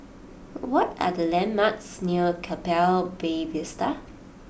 what are the landmarks near Keppel Bay Vista